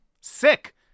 sick